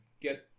get